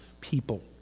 people